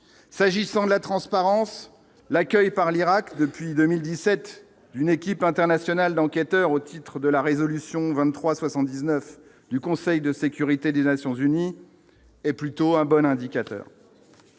s'agissant de la transparence, l'accueil par l'Irak depuis 2017, une équipe internationale d'enquêteurs au titre de la résolution 23 79 du Conseil de sécurité des Nations unies est plutôt un bon indicateur.